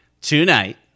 tonight